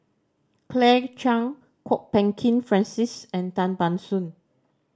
Claire Chiang Kwok Peng Kin Francis and Tan Ban Soon